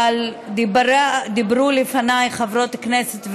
אבל דיברו לפניי חברות כנסת,